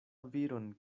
viron